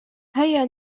هيا